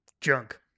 junk